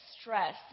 stress